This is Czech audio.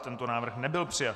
Tento návrh nebyl přijat.